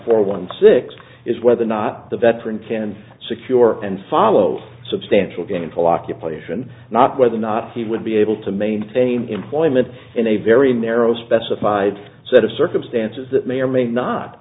four one six is whether or not the veteran can secure and follow substantial gainful occupation not whether or not he would be able to maintain employment in a very narrow specified set of circumstances that may or may not